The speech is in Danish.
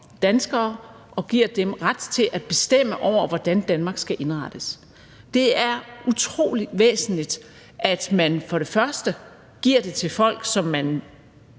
danskere, og man giver dem ret til at bestemme over, hvordan Danmark skal indrettes. Det er utrolig væsentligt, at man for det første giver det til folk, som man